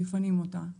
מפנים אותה,